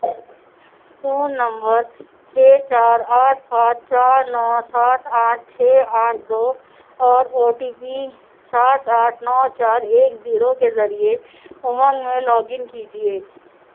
phone number چھ چار آٹھ پانچ چار نو سات آٹھ چھ آٹھ دو اور او ٹی پی سات آٹھ نو چار ایک زیرو کے ذریعے امنگ میں لاگن کیجیے